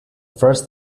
first